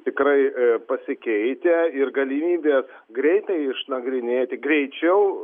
tikrai pasikeitę ir galimybės greitai išnagrinėti greičiau